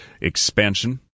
expansion